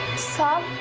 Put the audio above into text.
sir!